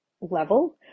level